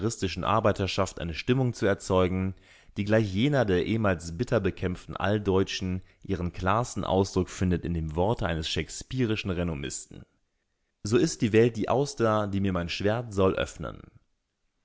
arbeiterschaft eine stimmung zu erzeugen die gleich jener der ehemals bitter bekämpften alldeutschen ihren klarsten ausdruck findet in dem worte eines shakespeareschen renommisten so ist die welt die auster die mir mein schwert soll öffnen